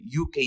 UK